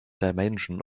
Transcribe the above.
dimension